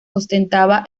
ostentaba